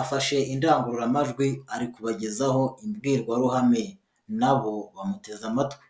afashe indangururamajwi ari kubagezaho imbwirwaruhame na bo bamuteze amatwi.